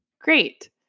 Great